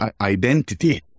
identity